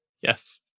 Yes